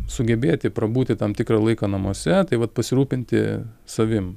sugebėti prabūti tam tikrą laiką namuose tai vat pasirūpinti savim